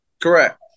Correct